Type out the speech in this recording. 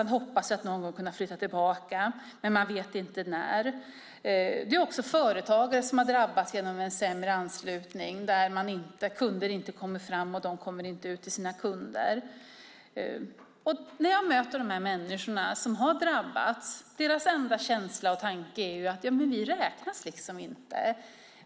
Han hoppas att någon gång kunna flytta tillbaka, men man vet inte när. Det är också företagare som har drabbats genom en sämre anslutning där kunder inte kommer fram och de inte kommer ut till sina kunder. När jag möter de människor som har drabbats är deras enda känsla och tanke: Vi räknas inte.